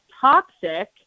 toxic